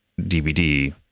DVD